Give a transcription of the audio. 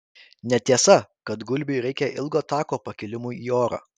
netiesa kad gulbei reikia ilgo tako pakilimui į orą